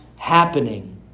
Happening